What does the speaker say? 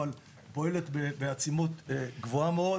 אבל הרשות להגנת עדים פועלת בעצימות גבוהה מאוד